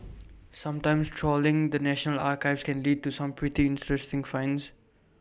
sometimes trawling the national archives can lead to some pretty interesting finds